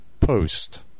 post